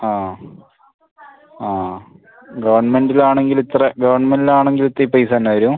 ആ ആ ഗവൺമെൻറ്റിലാണെങ്കിൽ ഇത്ര ഗവൺമെൻറ്റിൽ ആണെങ്കിലും ഇത് ഈ പൈസ തന്നെ വരും